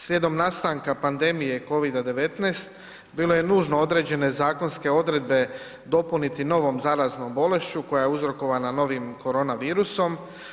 Slijedom nastanka pandemije COVID-19 bilo je nužno određene zakonske odredbe dopuniti novom zaraznom bolešću koja je uzrokovana novim korona virusom.